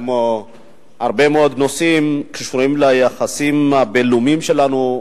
כמו בהרבה מאוד נושאים הקשורים לקשר הבין-לאומי שלנו,